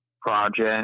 project